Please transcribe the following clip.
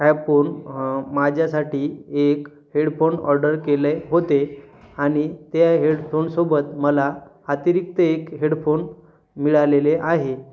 app हून माझ्यासाठी एक हेडफोन ऑर्डर केले होते आणि त्या हेडफोनसोबत मला अतिरिक्त एक हेडफोन मिळालेले आहे